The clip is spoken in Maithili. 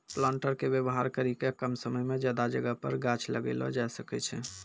प्लांटर के वेवहार करी के कम समय मे ज्यादा जगह पर गाछ लगैलो जाय सकै छै